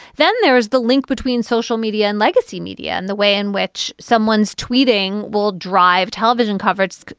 then there is the link between social media and legacy media and the way in which someone's tweeting will drive television coverage.